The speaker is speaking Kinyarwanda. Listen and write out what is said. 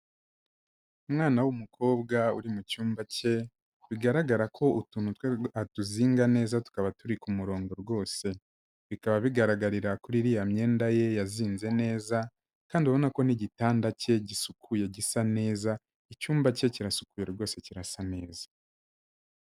Umwana w'umukobwa uri mu cyumba cye bigaragara ko utuntu twe atuzinga neza tukaba turi ku kumurongo rwose, bikaba bigaragarira kuri iriya myenda ye yazinze neza kandi ubona ko n'igitanda cye gisukuye, gisa neza, icyumba cye kirasukuye rwose kirasa neza.